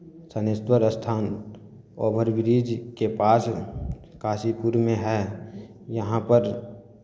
थानेश्वर स्थान over bridge के पास काशीपुरमे है यहाँपर